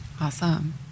Awesome